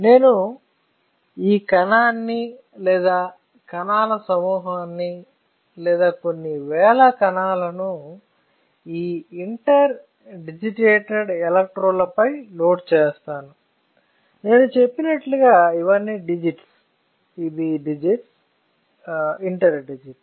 నేను ఈ కణాన్ని లేదా కణాల సమూహాన్ని లేదా కొన్ని వేల కణాలను ఈ ఇంటర్డిజిటేటెడ్ ఎలక్ట్రోడ్లపై లోడ్ చేస్తాను నేను చెప్పినట్లుగా ఇవన్నీ డిజిట్స్ ఇది డిజిట్స్ ఇంటర్డిజిట్